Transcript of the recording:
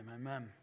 amen